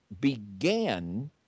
began